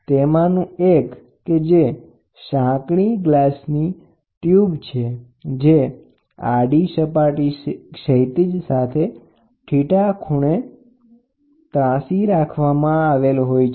તેમાંનું એક જે સાંકડી ગ્લાસની ટ્યુબ છે જે આડી સપાટી સાથે θ ખૂણે ગોઠવાયેલ હોય છે